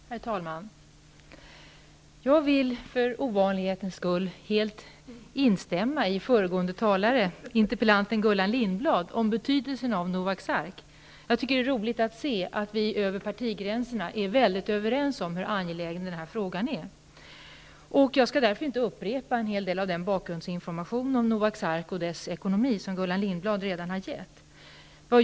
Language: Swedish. Herr talman! Jag vill för ovanlighetens skull helt instämma med föregående talare, interpellanten Gullan Lindblad, om betydelsen av Noaks Ark. Jag tycker att det är roligt att se att vi över partigränserna är överens om hur angelägen den här frågan är. Jag skall därför inte upprepa en hel del av den bakgrundsinformation om Noaks Ark och dess ekonomi som Gullan Lindblad redan har gett.